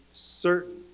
Certain